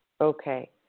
Okay